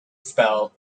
spell